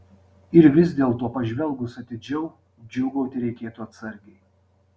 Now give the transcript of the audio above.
ir vis dėlto pažvelgus atidžiau džiūgauti reikėtų atsargiai